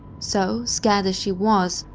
so scared as she was,